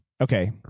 Okay